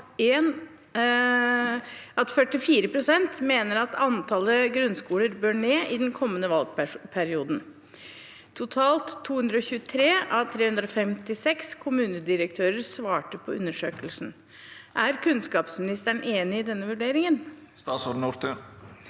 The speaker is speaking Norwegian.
44 pst. mener at antallet grunnskoler bør reduseres i den kommende valgperioden. Totalt 223 av 356 kommunedirektører svarte på undersøkelsen. Er statsråden enig i denne vurderingen?» Statsråd Kari